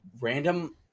random